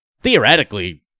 theoretically